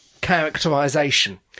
characterisation